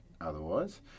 otherwise